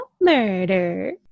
murder